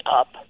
up